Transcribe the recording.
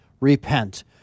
Repent